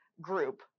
group